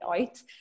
out